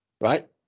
Right